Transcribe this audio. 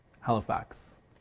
Halifax